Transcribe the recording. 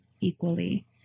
equally